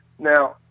Now